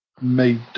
made